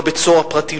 לא בית-סוהר פרטי,